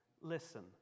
listen